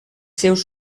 seus